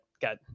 got